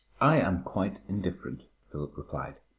i am quite indifferent, philip replied.